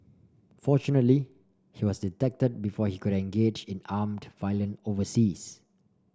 fortunately he was detected before he could engage in armed violence overseas